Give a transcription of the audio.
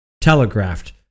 telegraphed